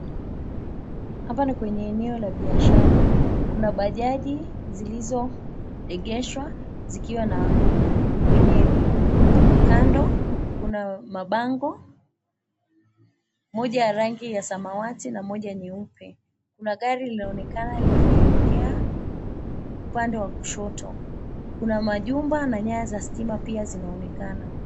Hapa ni kwenye eneo la biashara. Kuna bajaji zilizoegeshwa zikiwa na wenyewe. Kando kuna mabango; moja ya rangi ya samawati na moja nyeupe. Kuna gari linaonekana likielekea upande wa kushoto. Kuna majumba na nyaya za stima pia zinaonekana.